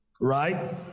Right